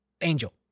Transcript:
Angel